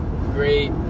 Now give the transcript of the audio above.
great